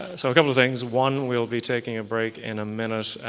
so a couple of things. one, we'll be taking a break in a minute.